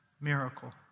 miracle